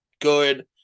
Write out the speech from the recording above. good